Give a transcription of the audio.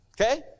Okay